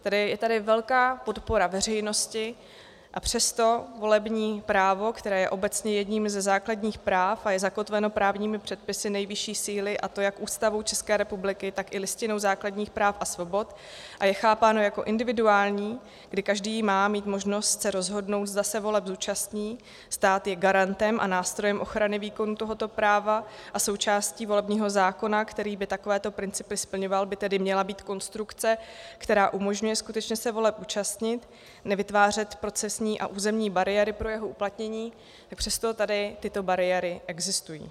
Je tady velká podpora veřejnosti, a přesto volební právo, které je obecně jedním ze základních práv a je zakotveno právními předpisy nejvyšší síly, a to jak Ústavou České republiky, tak i Listinou základních práv a svobod, a je chápáno jako individuální, kdy každý má mít možnost se rozhodnout, zda se voleb zúčastní, stát je garantem a nástrojem ochrany výkonu tohoto práva a součástí volebního zákona, který by takovéto principy splňoval, by tedy měla být konstrukce, která umožňuje skutečně se voleb účastnit, nevytvářet procesní a územní bariéry pro jeho uplatnění, ale přesto tady tyto bariéry existují.